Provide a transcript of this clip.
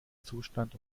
zustand